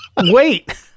Wait